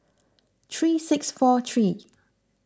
three six four three